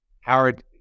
Howard